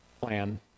plan